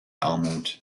armut